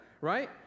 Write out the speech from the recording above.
right